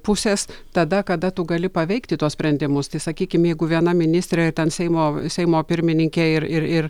pusės tada kada tu gali paveikti tuos sprendimus tai sakykim jeigu viena ministrė ten seimo seimo pirmininkė ir ir ir